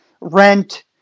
rent